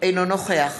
אינו נוכח